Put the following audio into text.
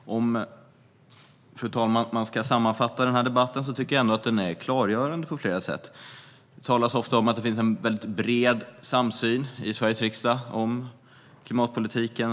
Om jag ska sammanfatta den här debatten tycker jag ändå att den är klargörande på flera sätt. Det talas ofta om att det finns en mycket bred samsyn i Sveriges riksdag om klimatpolitiken.